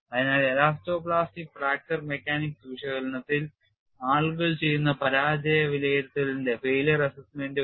അതിനാൽ elasto plastic fracture mechanics വിശകലനത്തിൽ ആളുകൾ ചെയ്യുന്ന പരാജയ വിലയിരുത്തലിന്റെ ഒരു flavor ഇത് നൽകുന്നു